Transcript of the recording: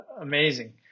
amazing